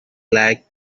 like